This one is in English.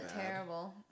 terrible